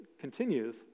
continues